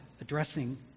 addressing